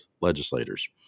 legislators